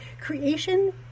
creation